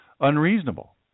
unreasonable